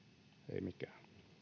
ei